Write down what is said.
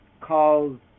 calls